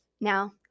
Now